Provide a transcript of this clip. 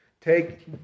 Take